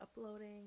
uploading